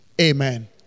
Amen